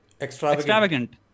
Extravagant